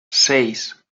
seis